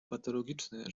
patologiczne